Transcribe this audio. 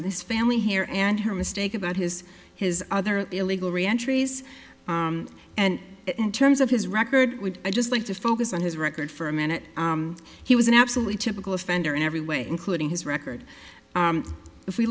on this family here and her mistake about his his other illegal re entries and in terms of his record would i just like to focus on his record for a minute he was an absolutely typical offender in every way including his record if we